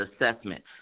assessment